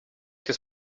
this